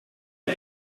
een